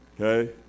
Okay